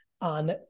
on